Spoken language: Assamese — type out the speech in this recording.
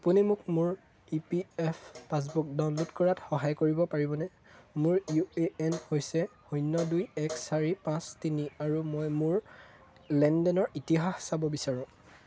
আপুনি মোক মোৰ E P F passbook download কৰাত সহায় কৰিব পাৰিবনে মোৰ ইউ এ এন হৈছে শূন্য দুই এক চাৰি পাঁচ তিনি আৰু মই মোৰ লেনদেনৰ ইতিহাস চাব বিচাৰোঁ